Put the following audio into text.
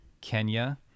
Kenya